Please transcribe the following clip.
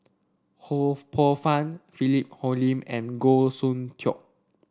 Ho Poh Fun Philip Hoalim and Goh Soon Tioe